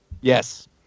Yes